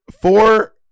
four